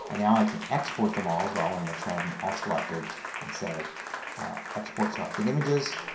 and now i can export them all as well. i want to make sure i have them all selected and say export selected images.